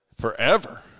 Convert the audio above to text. forever